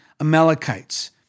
Amalekites